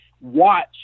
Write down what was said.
watch